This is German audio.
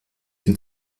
den